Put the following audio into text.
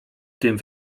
tym